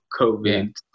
COVID